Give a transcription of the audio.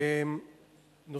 תודה רבה,